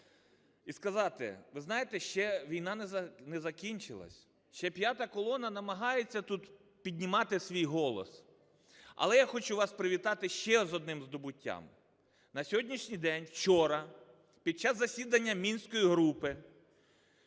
і сказати: ви знаєте, ще війна не закінчилася, ще "п'ята колона" намагається тут піднімати свій голос, але я хочу вас привітати ще з одним здобуттям. На сьогоднішній день, вчора, під час засідання Мінської групи,